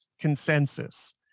consensus